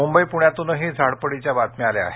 मुंबई पुण्यातूनही झाडपडीच्या बातम्या आल्या आहेत